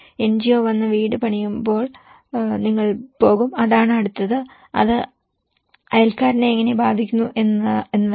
NGO വന്ന് വീട് പണിയുമ്പോൾ നിങ്ങൾ പോകും അതാണ് അടുത്തത് അത് അയൽക്കാരനെ എങ്ങനെ ബാധിക്കുന്നു എന്നതാണ്